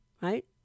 right